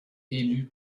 élue